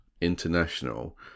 international